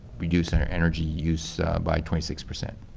reducing our energy use by twenty six percent.